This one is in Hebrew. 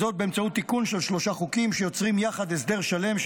זאת באמצעות תיקון של שלושה חוקים שיוצרים יחד הסדר שלם,